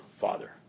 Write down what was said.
father